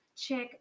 check